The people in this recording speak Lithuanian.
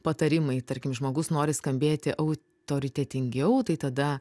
patarimai tarkim žmogus nori skambėti autoritetingiau tai tada